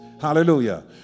Hallelujah